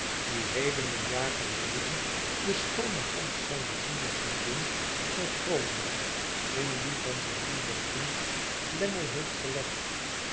die heden een jaar geleden de schoone hand zijner lieve vriendin sophronia in die van zijn lieven vriend lammie heeft gelegd